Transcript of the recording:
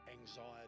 Anxiety